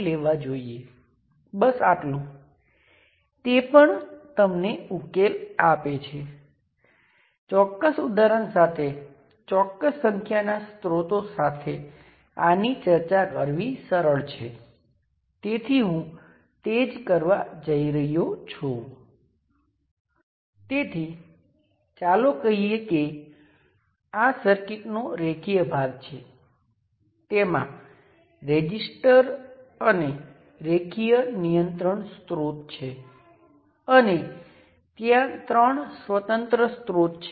હવે જો તમે વોલ્ટેજ સોર્સને બંને બાજુઓ V1 અને V2 સાથે જોડો છો તો આ ટર્મિનલ્સમાં 1 1 પ્રાઇમ તેમજ 2 2 પ્રાઇમ અને સર્કિટમાં દરેક જગ્યાએ કરંટ V1 અને V2 નું લિનિયર કોમ્બિનેશન ને સ્પષ્ટ કરે છે